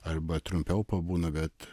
arba trumpiau pabūna bet